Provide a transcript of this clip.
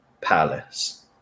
Palace